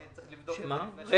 אני צריך לבדוק את זה -- רגע,